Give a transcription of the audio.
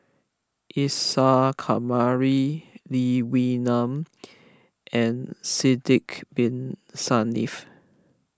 Isa Kamari Lee Wee Nam and Sidek Bin Saniff